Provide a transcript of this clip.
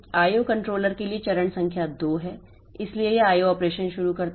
IO controller के लिए चरण संख्या 2 है इसलिए यह IO ऑपरेशन शुरू करता है